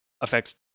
affects